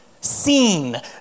seen